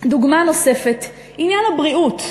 דוגמה נוספת: עניין הבריאות.